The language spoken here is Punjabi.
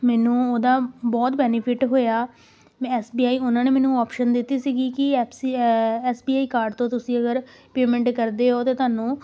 ਮੈਨੂੰ ਉਹਦਾ ਬਹੁਤ ਬੈਨੀਫਿਟ ਹੋਇਆ ਮੈਂ ਐੱਸ ਬੀ ਆਈ ਉਹਨਾਂ ਨੇ ਮੈਨੂੰ ਓਪਸ਼ਨ ਦਿੱਤੀ ਸੀਗੀ ਕਿ F C S B I card ਤੋਂ ਤੁਸੀਂ ਅਗਰ ਪੇਮੈਂਟ ਕਰਦੇ ਹੋ ਤਾਂ ਤੁਹਾਨੂੰ